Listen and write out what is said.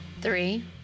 three